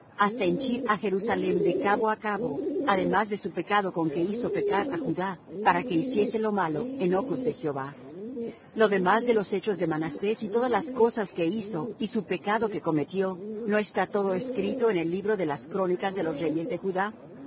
hasta henchir á jerusalem de cabo á cabo además de su pecado con que hizo pecar á judá para que hiciese lo malo en ojos de jehová lo demás de los hechos de manasés y todas las cosas que hizo y su pecado que cometió no está todo escrito en el libro de las crónicas de los reyes de judá